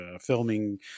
filming